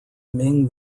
ming